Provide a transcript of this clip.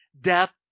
death